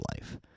life